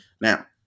Now